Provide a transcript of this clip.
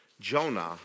Jonah